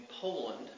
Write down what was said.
Poland